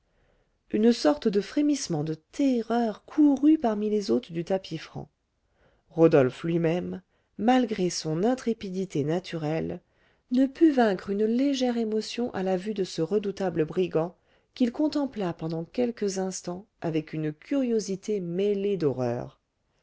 une sorte de frémissement de terreur courut parmi les hôtes du tapis franc rodolphe lui-même malgré son intrépidité naturelle ne put vaincre une légère émotion à la vue de ce redoutable brigand qu'il contempla pendant quelques instants avec une curiosité mêlée d'horreur